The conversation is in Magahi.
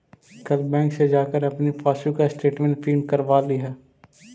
कल बैंक से जाकर अपनी पासबुक स्टेटमेंट प्रिन्ट करवा लियह